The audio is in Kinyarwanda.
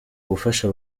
gufasha